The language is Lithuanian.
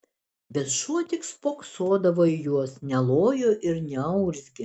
bet šuo tik spoksodavo į juos nelojo ir neurzgė